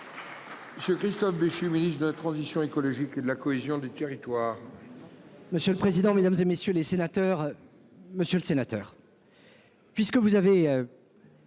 Monsieur le président, Mesdames, et messieurs les sénateurs. Monsieur le sénateur.